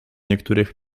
niektórych